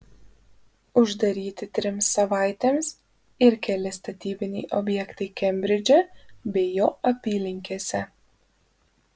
uždaryti trims savaitėms ir keli statybiniai objektai kembridže bei jo apylinkėse